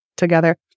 together